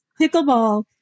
pickleball